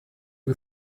you